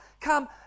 Come